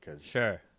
Sure